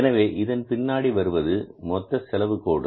எனவே இதன் பின்னாடி வருவது மொத்த செலவு கோடு